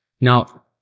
Now